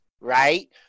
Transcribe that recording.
right